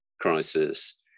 crisis